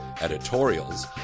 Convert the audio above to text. editorials